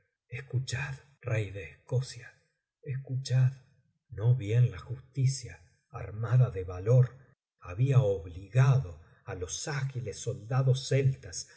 escuchad rey de escocia escuchad no bien la justicia armada de valor había obligado á los ágiles soldados celtas